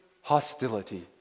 hostility